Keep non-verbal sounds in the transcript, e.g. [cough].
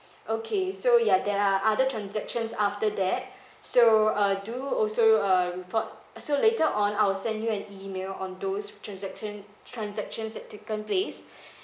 okay so ya there are other transactions after that [breath] so uh do also uh report so later on I'll send you an email on those transaction transactions that taken place [breath]